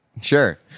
Sure